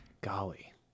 Golly